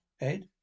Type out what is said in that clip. ed